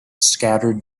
scatter